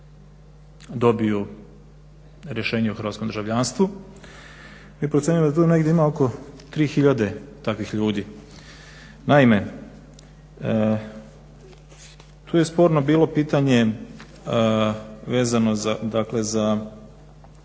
dobiju rešenje o hrvatskom državljanstvu. I procenjujem da tu ima negdje oko 3 hiljade takvih ljudi. Naime, tu je sporno bilo pitanje vezano za,